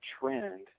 trend